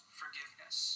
forgiveness